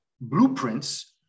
blueprints